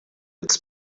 its